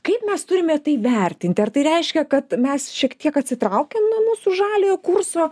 kaip mes turime tai vertinti ar tai reiškia kad mes šiek tiek atsitraukėm nuo mūsų žaliojo kurso